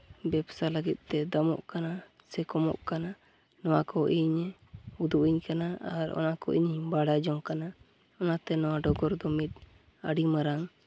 ᱵᱮᱵᱥᱟ ᱞᱟᱹᱜᱤᱫ ᱛᱮ ᱫᱟᱢᱚᱜ ᱠᱟᱱᱟ ᱥᱮ ᱠᱚᱢᱚᱜ ᱠᱟᱱᱟ ᱱᱚᱣᱟ ᱠᱚ ᱤᱧᱮ ᱩᱫᱩᱜ ᱟᱹᱧ ᱠᱟᱱᱟ ᱟᱨ ᱚᱱᱟ ᱠᱚ ᱤᱧᱤᱧ ᱵᱟᱰᱟᱭ ᱡᱚᱝ ᱠᱟᱱᱟ ᱚᱱᱟᱛᱮ ᱱᱚᱣᱟ ᱰᱚᱜᱚᱨ ᱫᱚᱢᱮ ᱟᱹᱰᱤ ᱢᱟᱨᱟᱝ